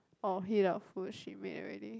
or heat up food she made already